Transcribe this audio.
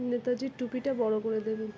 নেতাজির টুপিটা বড় করে দিলেন